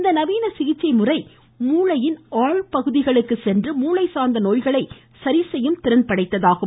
இந்த நவீன சிகிச்சை முறை மூளையின் ஆழ் பகுதிகளுக்கு சென்று மூளை சார்ந்த நோய்களை சரி செய்யும் திறன் படைத்ததாகும்